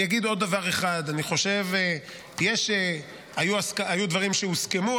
אגיד עוד דבר אחד: היו דברים שהוסכמו,